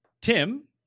Tim